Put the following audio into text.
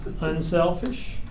Unselfish